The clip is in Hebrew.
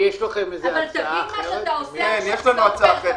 יש לכם איזו הצעה אחרת?